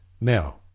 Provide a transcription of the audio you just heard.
Now